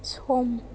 सम